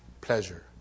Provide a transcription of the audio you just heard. pleasure